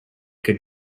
could